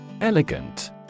Elegant